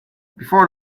before